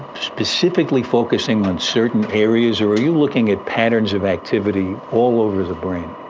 specifically focusing on certain areas, or are you looking at patterns of activity all over the brain?